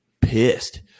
pissed